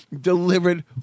delivered